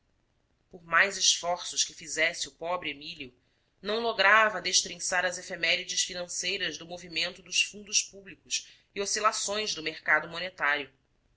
por mais esforços que fizesse o pobre emílio não lograva destrinçar as efemérides financeiras do movimento dos fundos públicos e oscilações do mercado monetário